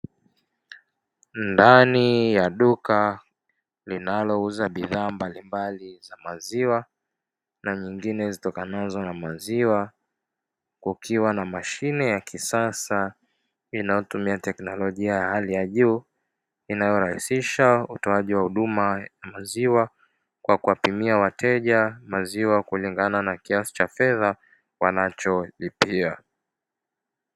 Ndani ya duka linalouza bidhaa mbalimbali za maziwa na nyingine zitokanazo na maziwa, kukiwa na mashine ya kisasa inayotumia teknolojia ya hali ya juu, inayorahisisha utoaji wa huduma ya maziwa, kwa kuwapimia wateja maziwa kulingana na kiasi cha fedha wanacholipia.